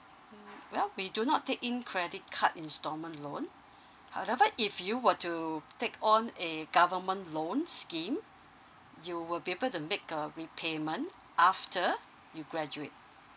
well we do not take in credit card instalment loan however if you were to take on a government loan scheme you will be able to make a repayment after you graduate